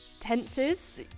Tenses